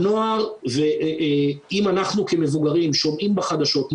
אם אנחנו כמבוגרים שומעים בחדשות,